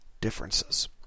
differences